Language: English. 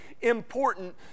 important